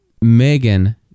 Megan